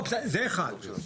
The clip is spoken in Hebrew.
בסדר, זה אחד.